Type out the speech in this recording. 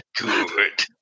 good